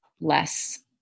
less